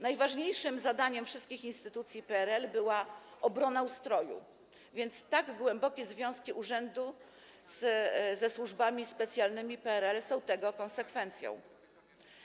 Najważniejszym zadaniem wszystkich instytucji PRL była obrona ustroju, więc tak głębokie związki urzędu ze służbami specjalnymi PRL są tego konsekwencją.